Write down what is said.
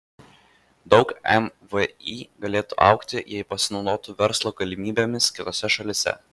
daug mvį galėtų augti jei pasinaudotų verslo galimybėmis kitose šalyse